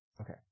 Okay